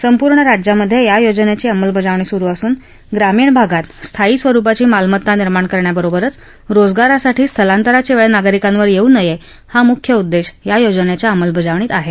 संपूर्ण राज्यामध्ये या योजनेची अंमलबजावणी सुरु असून ग्रामीण भागात स्थायी स्वरुपाची मालमत्ता निर्माण करण्यासोबतच रोजगारासाठी स्थलांतराची वेळ नागरिकांवर येऊ नये हा मुख्य उद्देश या योजनेच्या अंमलबजावणीमागे आहे